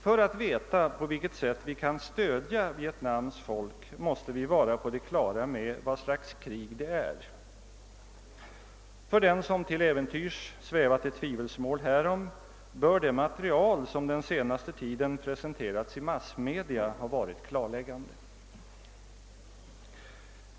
För att veta på vilket sätt vi kan stödja Vietnams folk måste vi vara på det klara med vad slags krig det är. För dem som till äventyrs svävat i tvivelsmål härom bör det material som den senaste tiden presenterats i massmedia ha varit klarläggande.